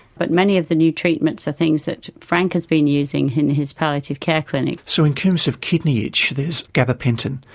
but many of the new treatments are things that frank has been using in his palliative palliative care clinic. so in terms of kidney itch there's gabapentin.